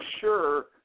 sure